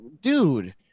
dude